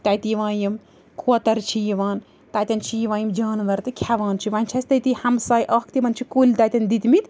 تَتہِ یِوان یِم کوتَر چھِ یِوان تَتیٚن چھِ یِوان یِم جانوَر تہٕ کھیٚوان چھِ وۄنۍ چھُ اسہِ تٔتی ہمساے اَکھ تِمَن چھِ کُلۍ تَتیٚن دِتۍ مِتۍ